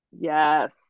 Yes